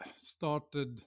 started